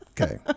Okay